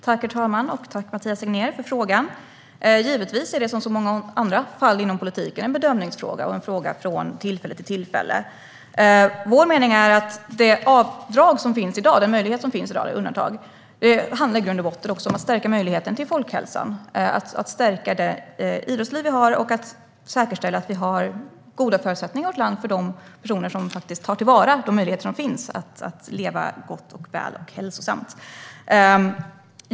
Herr talman! Jag tackar Mathias Tegnér för frågan. Givetvis är det, precis som i fråga om många andra fall inom politiken, en bedömningsfråga och en fråga från fall till fall. Vår mening är att den möjlighet som finns i dag för undantag i grund och botten handlar om att stärka möjligheterna i fråga om folkhälsan. Det handlar om att stärka det idrottsliv vi har och att säkerställa att vi har goda förutsättningar i vårt land för de personer som faktiskt tar till vara de möjligheter som finns att leva gott och hälsosamt.